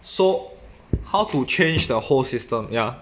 so how to change the whole system ya